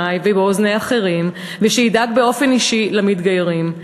ובאוזני אחרים ושידאג באופן אישי למתגיירים.